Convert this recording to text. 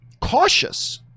cautious